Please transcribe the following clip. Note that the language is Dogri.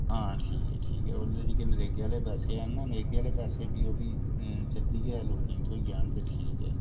हां ठीक ऐ ठीक ऐ ओह् जेह्के नरेगे आह्ले पैसे हैन ना नरेगे आह्ले पैसे बी ओह् जल्दी गै लोकें ई थ्ईहोई जाह्न ते ठीक ऐ